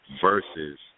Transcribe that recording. versus